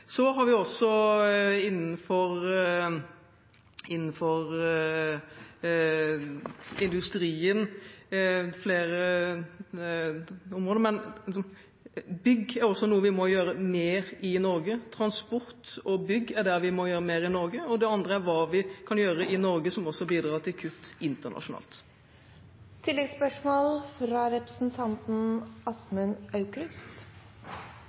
Så har vi også innenfor industrien flere områder. Og bygg er noe som vi også må gjøre mer på i Norge. Transport og bygg er der vi må gjøre mer i Norge, og det andre er hva vi kan gjøre i Norge som også bidrar til kutt internasjonalt. Det blir oppfølgingsspørsmål – Åsmund Aukrust.